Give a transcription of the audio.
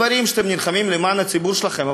דברים שאתם נלחמים עליהם למען הציבור שלכם,